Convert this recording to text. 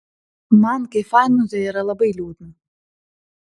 man kaip fanui tai yra labai liūdna